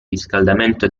riscaldamento